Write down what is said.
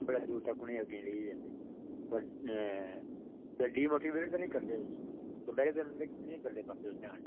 बड़ी दूर तक उ'नेंगी अग्गें लेइयै जंदे ते डीमोटिवेट बी नेईं करदे